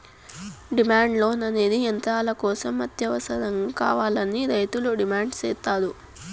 demand loan అనేది యంత్రాల కోసం అత్యవసరంగా కావాలని రైతులు డిమాండ్ సేత్తారు